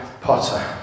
Potter